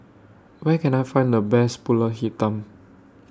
Where Can I Find The Best Pulut Hitam